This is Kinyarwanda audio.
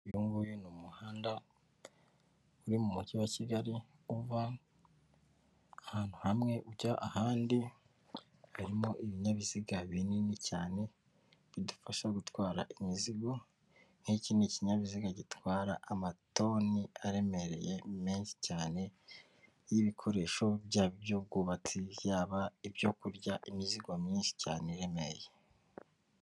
Uyu nguyu ni umuhanda uri mu Mujyi wa Kigali, uva ahantu hamwe ujya ahandi, harimo ibinyabiziga binini cyane bidufasha gutwara imizigo nk'iki ni ikinyabiziga gitwara amatoni aremereye menshi cyane y'ibikoresho byaba iby'ubwubatsi, yaba ibyo kurya, imizigo myinshi cyane iremeye.